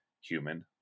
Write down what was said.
Human